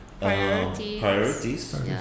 Priorities